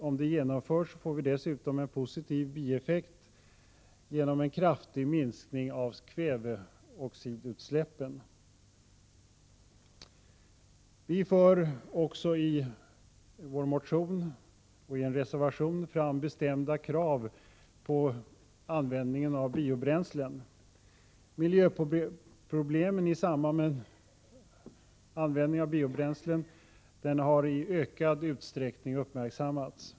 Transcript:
Om det genomförs får vi dessutom en positiv bieffekt genom en kraftig minskning av kväveoxidutsläppen. Vi för också fram i vår motion och reservation bestämda krav vid förbränning av biobränslen. Miljöproblemen i samband med användning av biobränslen har i ökad utsträckning uppmärksammats.